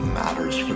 matters